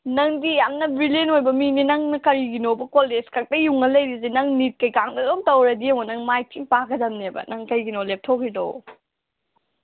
ꯅꯪꯗꯤ ꯌꯥꯝꯅ ꯕ꯭ꯔꯤꯂꯤꯌꯟ ꯑꯣꯏꯕ ꯃꯤꯅꯤ ꯅꯪꯅ ꯀꯔꯤꯒꯤꯅꯣꯕ ꯀꯣꯂꯦꯖ ꯈꯛꯇ ꯌꯨꯡꯉ ꯂꯩꯔꯤꯁꯦ ꯅꯪ ꯅꯤꯠ ꯀꯩꯀꯥꯒ ꯑꯗꯨꯝ ꯇꯧꯔꯗꯤ ꯌꯦꯡꯉꯣ ꯅꯪ ꯃꯥꯏ ꯊꯤꯅ ꯄꯥꯛꯀꯗꯕꯅꯦꯕ ꯅꯪ ꯀꯔꯤꯒꯤꯅꯣ ꯂꯦꯞꯊꯣꯛꯈ꯭ꯔꯤꯗꯣ